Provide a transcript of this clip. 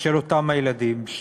של אותם הילדים.